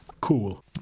Cool